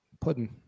pudding